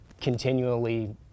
continually